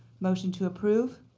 motion to approve?